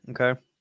Okay